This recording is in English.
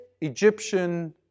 Egyptian